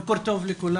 בוקר טוב לכולם.